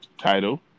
title